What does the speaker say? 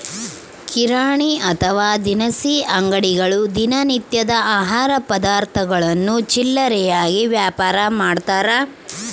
ಕಿರಾಣಿ ಅಥವಾ ದಿನಸಿ ಅಂಗಡಿಗಳು ದಿನ ನಿತ್ಯದ ಆಹಾರ ಪದಾರ್ಥಗುಳ್ನ ಚಿಲ್ಲರೆಯಾಗಿ ವ್ಯಾಪಾರಮಾಡ್ತಾರ